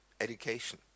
education